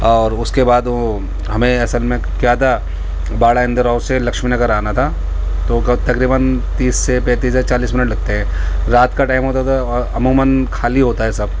اور اس کے بعد وہ ہمیں اصل میں کیا تھا باڑہ ہندو راؤ سے لکشمی نگر آنا تھا تو تقریباً تیس سے پینتیس سے چالیس منٹ لگتے ہیں رات کا ٹائم ہوتا تو عموماً خالی ہوتا ہے سب